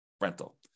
rental